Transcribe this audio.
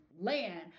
land